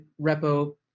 repo